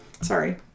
Sorry